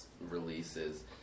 releases